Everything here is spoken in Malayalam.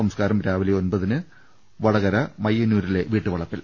സംസ്കാരം രാവിലെ ഒൻപതിന് വടകര് മയ്യന്നൂരിലെ വീട്ടുവളപ്പിൽ